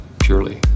purely